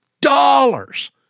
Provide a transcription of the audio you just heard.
dollars